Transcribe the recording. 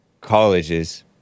colleges